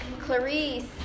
Clarice